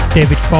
David